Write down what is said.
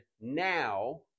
now